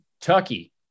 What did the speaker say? Kentucky